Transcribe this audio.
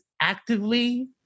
actively